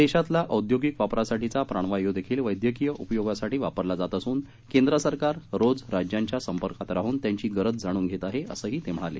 देशातला औद्योगिक वापरासाठीचा प्राणवायूदेखील वद्यक्रीय उपयोगासाठी वापरला जात असून केंद्र सरकार रोज राज्यांच्या संपर्कात राहून त्यांची गरज जाणून घेत आहे असंही ते म्हणाले